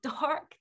dark